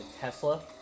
Tesla